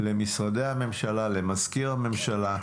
למשרדי הממשלה, למזכיר הממשלה,